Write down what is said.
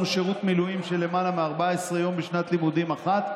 שירות מילואים של למעלה מ-14 יום בשנת לימודים אחת,